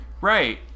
Right